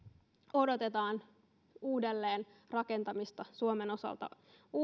odotetaan uudelleenrakentamista suomen osalta